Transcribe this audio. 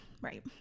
Right